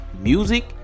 music